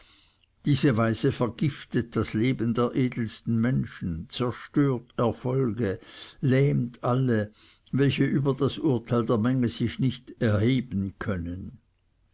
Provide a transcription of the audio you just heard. diese weise vergiftet das leben der edelsten menschen zerstört erfolge lähmt alle welche über das urteil der menge sich nicht erheben können